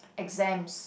exams